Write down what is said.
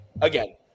again